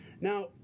Now